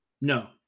No